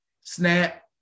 Snap